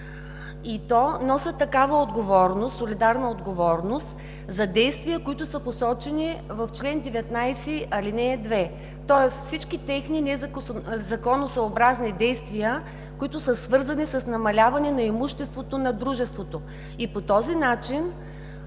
и то носят такава солидарна отговорност за действия, които са посочени в чл. 19, ал. 2, тоест за всички техни незаконосъобразни действия, които са свързани с намаляване на имуществото на дружеството. По този начин